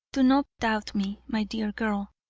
do not doubt me, my dear girl,